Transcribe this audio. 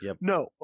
no